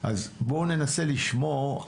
אז בואו ננסה לשמור,